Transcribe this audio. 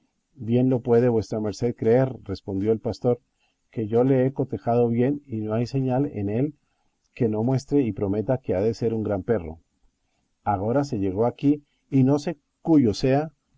bien lo puede vuesa merced creer respondió el pastor que yo le he cotejado bien y no hay señal en él que no muestre y prometa que ha de ser un gran perro agora se llegó aquí y no sé cúyo sea